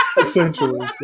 essentially